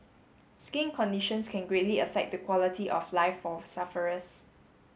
skin conditions can greatly affect the quality of life for sufferers